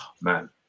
Man